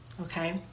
okay